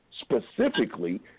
specifically